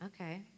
Okay